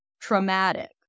traumatic